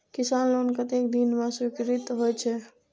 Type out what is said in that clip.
किसान लोन कतेक दिन में स्वीकृत होई छै?